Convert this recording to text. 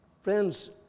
Friends